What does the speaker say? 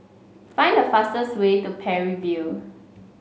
find the fastest way to Parry View